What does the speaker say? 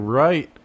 right